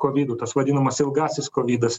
kovidu tas vadinamas ilgasis kovidas